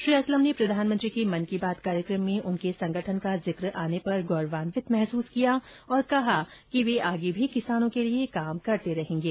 श्री असलम ने प्रधानमंत्री के मन की बात कार्यक्रम में उनके संगठन का जिक्र आने पर गौरवांवित महसूस किया और कहा कि वे आगे भी किसानों के लिए काम करते रहेंगे